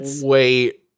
wait